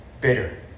bitter